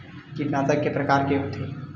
कीटनाशक के प्रकार के होथे?